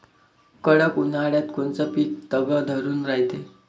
कडक उन्हाळ्यात कोनचं पिकं तग धरून रायते?